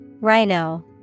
Rhino